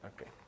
Okay